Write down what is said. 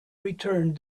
returned